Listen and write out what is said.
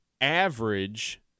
average